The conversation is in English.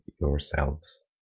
yourselves